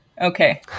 Okay